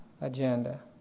agenda